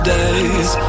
days